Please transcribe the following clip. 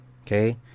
Okay